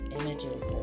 images